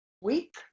week